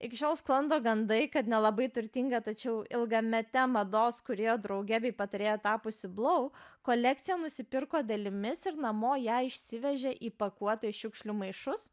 iki šiol sklando gandai kad nelabai turtinga tačiau ilgamete mados kūrėjo drauge bei patarėja tapusi blau kolekciją nusipirko dalimis ir namo ją išsivežė įpakuota į šiukšlių maišus